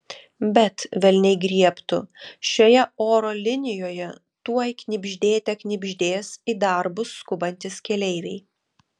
bet velniai griebtų šioje oro linijoje tuoj knibždėte knibždės į darbus skubantys keleiviai